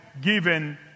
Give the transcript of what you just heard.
given